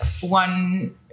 one